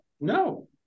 No